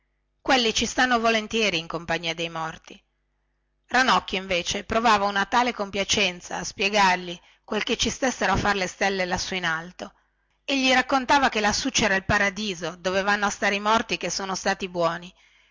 i topi ci stanno volentieri in compagnia dei morti ranocchio invece provava una tale compiacenza a spiegargli quel che ci stessero a far le stelle lassù in alto e gli raccontava che lassù cera il paradiso dove vanno a stare i morti che sono stati buoni